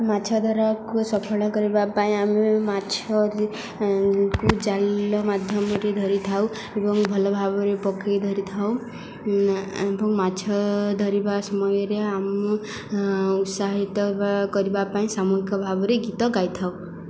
ମାଛ ଧରାକୁ ସଫଳ କରିବା ପାଇଁ ଆମେ ମାଛକୁ ଜାଲ ମାଧ୍ୟମରେ ଧରିଥାଉ ଏବଂ ଭଲ ଭାବରେ ପକେଇ ଧରିଥାଉ ଏବଂ ମାଛ ଧରିବା ସମୟରେ ଆମେ ଉତ୍ସାହିତ କରିବା ପାଇଁ ସାମୁହିକ ଭାବରେ ଗୀତ ଗାଇଥାଉ